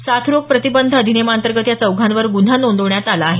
साथरोग प्रतिबंध अधिनियमाअंतर्गत या चौघांवर ग्रन्हा नोंदवण्यात आला आहे